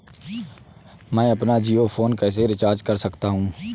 मैं अपना जियो फोन कैसे रिचार्ज कर सकता हूँ?